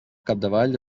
capdavall